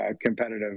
competitive